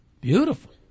Beautiful